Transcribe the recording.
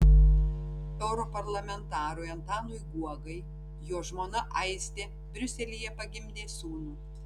europarlamentarui antanui guogai jo žmona aistė briuselyje pagimdė sūnų